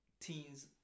teens